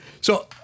So-